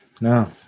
no